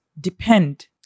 depend